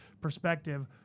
perspective